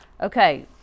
Okay